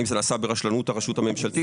האם זה נעשה ברשלנות הרשות הממשלתית?